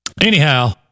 anyhow